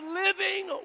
living